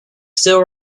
still